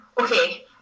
okay